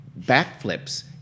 backflips